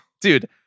Dude